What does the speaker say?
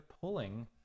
pulling